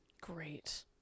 great